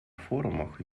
форумах